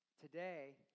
Today